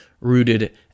rooted